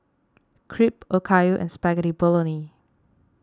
Crepe Okayu Spaghetti Bolognese